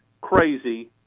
crazy